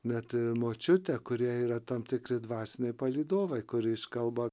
net močiutę kurie yra tam tikri dvasiniai palydovai kuriais kalba